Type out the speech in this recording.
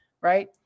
Right